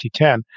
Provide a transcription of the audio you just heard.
2010